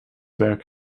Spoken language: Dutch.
werk